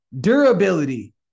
durability